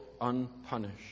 unpunished